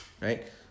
Right